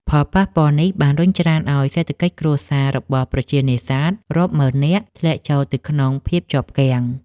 ផលប៉ះពាល់នេះបានរុញច្រានឱ្យសេដ្ឋកិច្ចគ្រួសាររបស់ប្រជានេសាទរាប់ម៉ឺននាក់ធ្លាក់ចូលទៅក្នុងភាពជាប់គាំង។